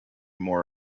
more